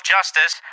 Justice